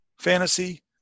fantasy